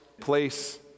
place